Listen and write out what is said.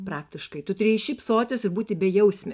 praktiškai tu turėjai šypsotis ir būti bejausmė